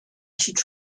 should